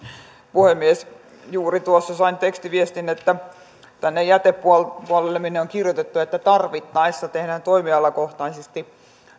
puhemies juuri tuossa sain tekstiviestin että tänne jätepuolelle on kirjoitettu että tarvittaessa tehdään toimialakohtaisesti